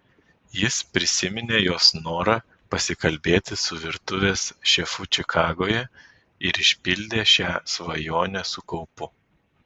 jis prisiminė jos norą pasikalbėti su virtuvės šefu čikagoje ir išpildė šią svajonę su kaupu